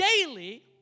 daily